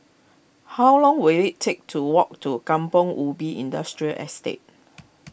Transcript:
how long will it take to walk to Kampong Ubi Industrial Estate